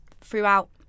throughout